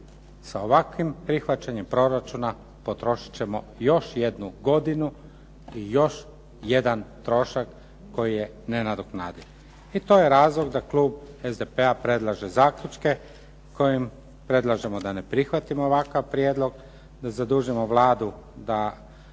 Sa ovakvim prihvaćanjem proračuna potrošit ćemo još jednu godinu i još jedan trošak koji je nenadoknadiv. I to je razlog da klub SDP-a predlaže zaključke kojima predlažemo da ne prihvatimo ovakav prijedlog, da zadužimo Vladu da